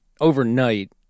overnight